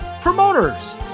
Promoters